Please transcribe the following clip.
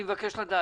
אני מבקש לדעת,